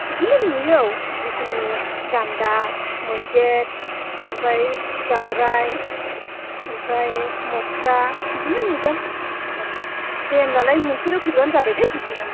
बिदिनो नुयो औ जेखुनु गान्दा मैदेर ओमफ्राय दावराइ ओमफ्राय मोख्रा बिदिनो नुगोन औ दे होमब्लालाय नोंसोरो फैब्लानो जाबाय दे जेखुनु